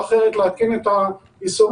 מישהו צריך לקחת את היקף האוכלוסייה בישראל